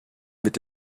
mit